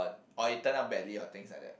or it turn out badly or things like that